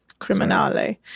Criminale